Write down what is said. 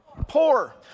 Poor